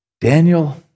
Daniel